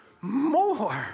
more